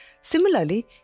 Similarly